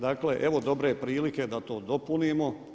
Dakle, evo dobre prilike da to dopunimo.